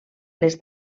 les